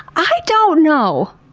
i don't know.